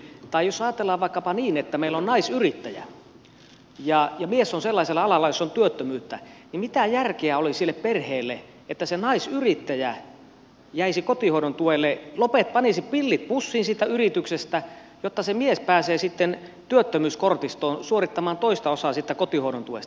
tai jos ajatellaan vaikkapa niin että meillä on naisyrittäjä ja mies on sellaisella alalla jossa on työttömyyttä niin mitä järkeä olisi että se naisyrittäjä jäisi kotihoidon tuelle panisi pillit pussiin siitä yrityksestä jotta se mies pääsee sitten työttömyyskortistoon suorittamaan toista osaa siitä kotihoidon tuesta